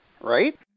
right